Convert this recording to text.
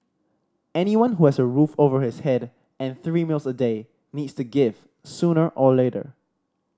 anyone who has a roof over his head and three meals a day needs to give sooner or later